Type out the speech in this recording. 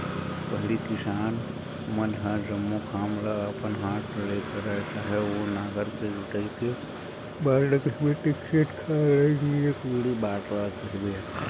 पहिली किसान मन ह जम्मो काम ल अपन हात ले करय चाहे ओ नांगर के जोतई के बात ल कहिबे ते खेत खार ल नींदे कोड़े बात ल कहिबे